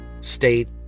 state